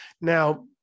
Now